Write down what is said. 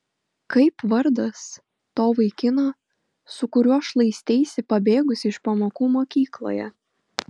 kaip vardas to vaikino su kuriuo šlaisteisi pabėgusi iš pamokų mokykloje